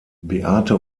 beate